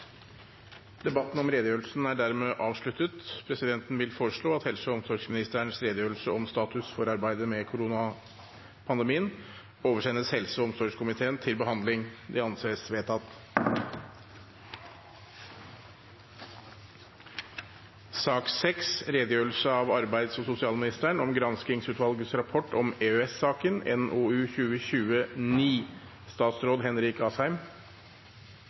Debatten om redegjørelsen er dermed avsluttet. Presidenten vil foreslå at helse- og omsorgsministerens redegjørelse om status for arbeidet med koronapandemien oversendes helse- og omsorgskomiteen til behandling. – Det anses vedtatt. Regjeringen oppnevnte 8. november 2019 et utvalg for å granske feilpraktiseringen av